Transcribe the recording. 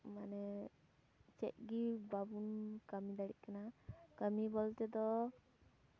ᱢᱟᱱᱮ ᱪᱮᱫ ᱜᱮ ᱵᱟᱵᱚᱱ ᱠᱟᱹᱢᱤ ᱫᱟᱲᱮᱜ ᱠᱟᱱᱟ ᱠᱟᱹᱢᱤ ᱵᱚᱞᱛᱮ ᱫᱚ